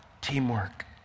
teamwork